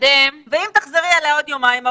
ואם תחזרי עליה עוד יומיים,